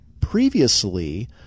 previously